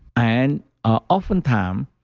and ah often times, um